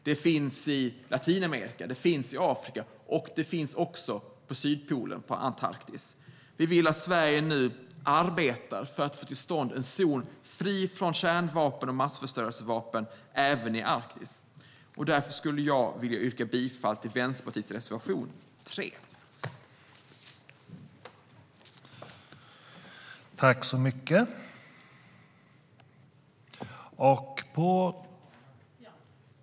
De finns i Latinamerika, i Afrika och vid Sydpolen, på Antarktis. Vi vill att Sverige nu arbetar för att få till stånd en zon fri från kärnvapen och massförstörelsevapen även i Arktis. Därför yrkar jag bifall till Vänsterpartiets reservation 3.